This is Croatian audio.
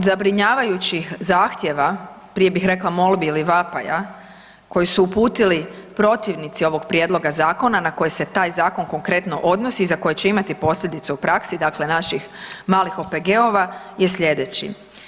Jedan od zabrinjavajućih zahtjeva, prije bih rekla molbi ili vapaja koji su uputili protivnici ovog prijedloga zakona na koje se taj zakon konkretno odnosi i za koje će imati posljedice u praksi, dakle naših malih OPG-ova je slijedeći.